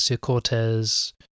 Cortez